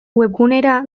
webgunera